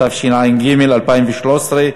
התשע"ג 2013,